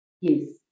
Yes